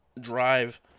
drive